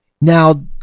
Now